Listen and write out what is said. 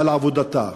על עבודתה.